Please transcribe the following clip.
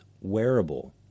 wearable